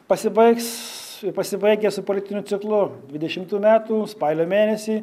pasibaigs pasibaigia su politiniu ciklu dvidešimtų metų spalio mėnesį